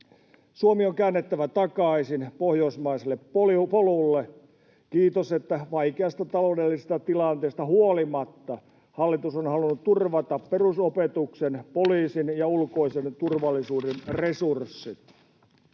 Suomi on käännettävä takaisin pohjoismaiselle polulle. Kiitos, että vaikeasta taloudellisesta tilanteesta huolimatta hallitus on halunnut turvata perusopetuksen, poliisin ja ulkoisen turvallisuuden resurssit.